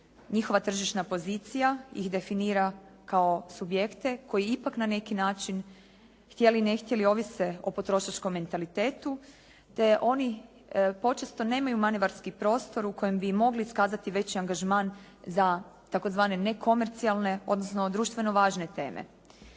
Njihova tržišna pozicija ih definira kao subjekte koji ipak na neki način htjeli ne htjeli ovise o potrošačkom mentalitetu te oni počesto nemaju manevarski prostor u kojem bi i mogli iskazati veći angažman za tzv. nekomercijalne odnosno društveno važne teme.